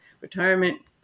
retirement